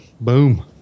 Boom